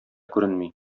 күренми